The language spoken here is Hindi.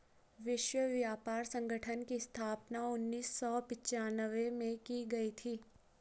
विश्व व्यापार संगठन की स्थापना उन्नीस सौ पिच्यानवे में की गई थी